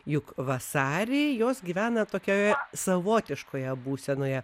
juk vasarį jos gyvena tokioje savotiškoje būsenoje